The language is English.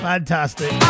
Fantastic